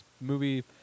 movie